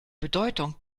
bedeutung